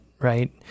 right